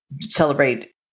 celebrate